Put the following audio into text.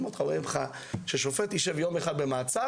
אותך ואומרים לך ששופט יישב יום אחד במעצר,